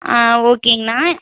ஆ ஓகேங்கண்ணா